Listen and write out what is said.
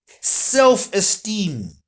self-esteem